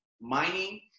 Mining